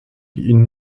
ihnen